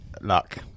luck